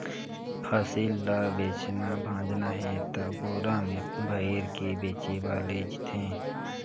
फसिल ल बेचना भाजना हे त बोरा में भइर के बेचें बर लेइज थें